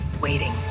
waiting